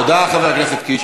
תודה, חבר הכנסת קיש.